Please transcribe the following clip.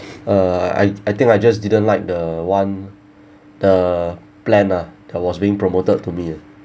uh I I think I just didn't like the one the plan lah that was being promoted to me